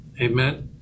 amen